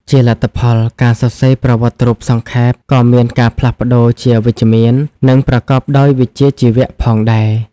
ជាលទ្ធផល ការសរសេរប្រវត្តិរូបសង្ខេប ក៏មានការផ្លាស់ប្ដូរជាវិជ្ជមាន និងប្រកបដោយវិជ្ជាជីវៈផងដែរ។